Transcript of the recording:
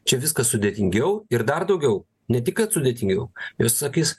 čia viskas sudėtingiau ir dar daugiau ne tik kad sudėtingiau ir sakys